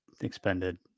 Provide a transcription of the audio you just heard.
expended